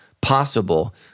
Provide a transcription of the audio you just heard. possible